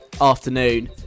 afternoon